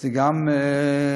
זה גם זיו.